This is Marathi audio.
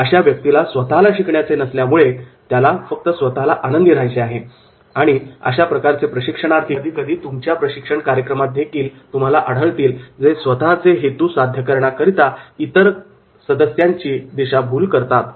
अशा व्यक्तीला स्वतःला शिकण्याचे नसल्यामुळे त्याला फक्त स्वतःला आनंदी राहायचे आहे आणि अशा प्रकारचे प्रशिक्षणार्थी कधीकधी तुमच्या प्रशिक्षण कार्यक्रमात देखील तुम्हाला आढळतील जे स्वतःचे हेतू साध्य करण्याकरिता गटातील इतर सदस्यांची दिशाभूल करतात